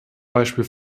beispiel